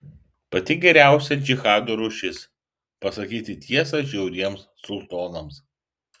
pati geriausia džihado rūšis pasakyti tiesą žiauriems sultonams